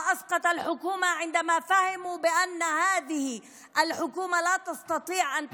מה שהפיל את הממשלה זה שהם הבינו שהממשלה הזאת לא תוכל להמשיך